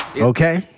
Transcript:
Okay